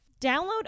Download